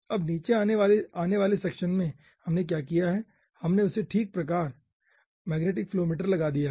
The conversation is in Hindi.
अब नीचे आने वाले सेक्शन में हमने क्या किया है हमने उसके ठीक ऊपर मैग्नेटिक फ्लो मीटर लगा दिया है